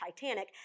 Titanic